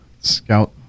Scout